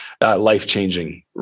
Life-changing